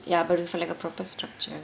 ya but like it's like a proper structure